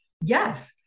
Yes